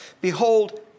Behold